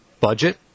Budget